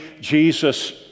Jesus